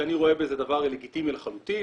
שאני רואה בזה דבר לגיטימי לחלוטין,